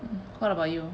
what about you